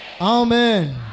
Amen